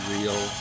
Real